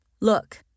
Look